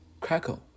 crackle